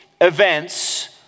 events